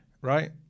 right